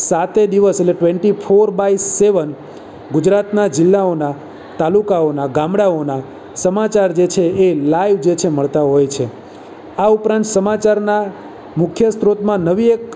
સાતે દિવસ એટલે કે ટવેન્ટી ફોર બાય સેવન ગુજરાતના જિલ્લાઓનાં તાલુકાઓનાં ગામડાઓનાં સમાચાર જે છે એ લાઇવ જે છે મળતા હોય છે આ ઉપરાંત સમાચારના મુખ્ય સ્ત્રોતમાં નવી એક